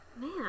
Man